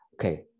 okay